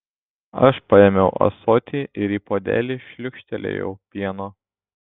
aš paėmiau ąsotį ir į puodelį šliūkštelėjau pieno